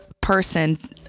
person